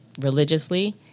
religiously